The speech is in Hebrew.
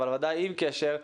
אבל ודאי עם קשר,